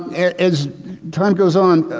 as time goes on